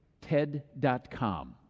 TED.com